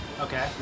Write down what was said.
Okay